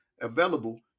available